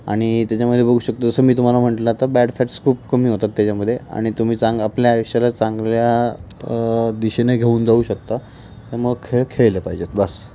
आणि त्याच्यामध्ये बघू शकतो जसं मी तुम्हाला म्हटलं आता बॅड फॅट्स खूप कमी होतात त्याच्यामध्ये आणि तुम्ही चांग आपल्या आयुष्याला चांगल्या दिशेने घेऊन जाऊ शकता त्यामुळं खेळ खेळले पाहिजेत बास